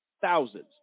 thousands